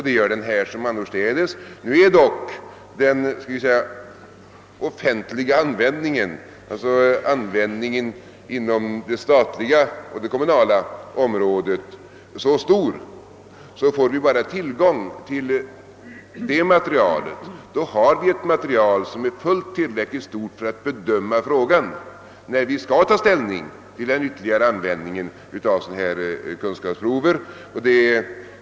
Den offentliga användningen av sådana här test, alltså användningen på det statliga och det kommunala området, är emellertid så stor att om vi bara får tillgång till det materialet så har vi ett material som är tillräckligt stort för att vi skall kunna bedöma frågan, när vi skall ta ställning till den ytterligare användningen av sådana här kunskapsprov.